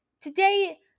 today